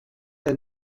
der